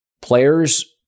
players